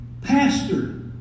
pastor